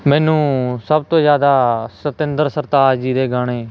ਮੈਨੂੰ ਸਭ ਤੋਂ ਜ਼ਿਆਦਾ ਸਤਿੰਦਰ ਸਰਤਾਜ ਜੀ ਦੇ ਗਾਣੇ